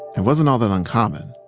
it wasn't all that uncommon.